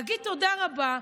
להגיד: תודה רבה,